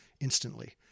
instantly